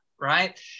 right